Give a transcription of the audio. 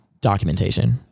documentation